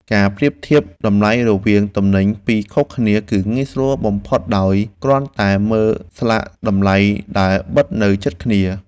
ការប្រៀបធៀបតម្លៃរវាងទំនិញពីរខុសគ្នាគឺងាយស្រួលបំផុតដោយគ្រាន់តែមើលស្លាកតម្លៃដែលបិទនៅជិតគ្នា។